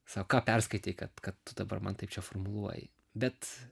sako ką perskaitei kad kad tu dabar man čia taip formuluoji bet